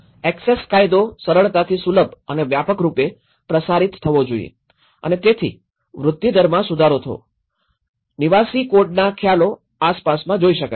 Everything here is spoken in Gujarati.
ઍક્સેસ કાયદો સરળતાથી સુલભ અને વ્યાપક રૂપે પ્રસારિત થવો જોઈએ અને તેથી વૃદ્ધિદરમાં સુધારો થવો નિવાસી કોડના ખ્યાલો આસપાસમાં જોઈ શકાય છે